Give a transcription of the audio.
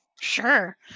Sure